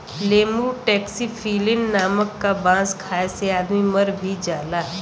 lemur taxiphyllin नाम क बांस खाये से आदमी मर भी जाला